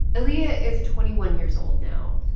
aaliyah is twenty one years old now.